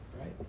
Right